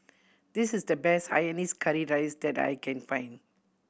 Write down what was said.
this is the best hainanese curry rice that I can find